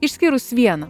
išskyrus vieną